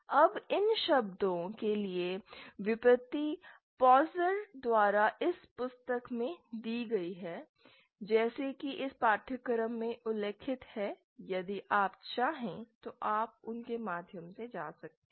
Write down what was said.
अब इन शब्दों के लिए व्युत्पत्ति पॉसर द्वारा इस पुस्तक में दी गई है जैसा कि इस पाठ्यक्रम में उल्लिखित है यदि आप चाहें तो आप उनके माध्यम से जा सकते हैं